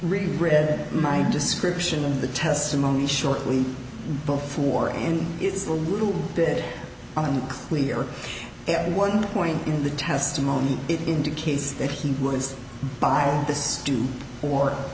that my description of the testimony shortly before and it's a little bit on the clear at one point in the testimony it indicates that he was by this do or